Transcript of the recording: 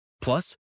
Plus